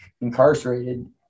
incarcerated